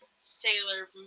Sailor